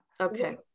Okay